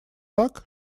так